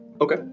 Okay